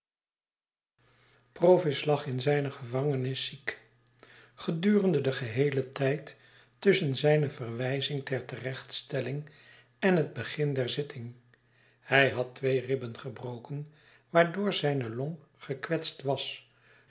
provis lag in zijne gevangenis ziek gedurende den geheelen tijd tusschen zijne verwijzing ter terechtstelling en het begin der zitting hij had twee ribben gebroken waardoor zijne long gekwetst was